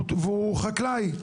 והוא חקלאי.